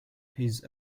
his